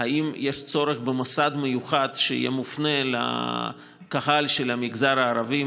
אם יש צורך במוסד מיוחד שיהיה מופנה לקהל של המגזר הערבי,